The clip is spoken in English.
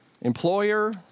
employer